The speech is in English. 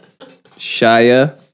Shia